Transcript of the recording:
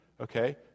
Okay